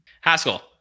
Haskell